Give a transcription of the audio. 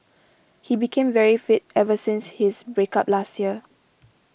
he became very fit ever since his break up last year